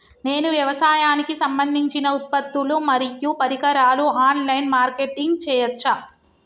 నేను వ్యవసాయానికి సంబంధించిన ఉత్పత్తులు మరియు పరికరాలు ఆన్ లైన్ మార్కెటింగ్ చేయచ్చా?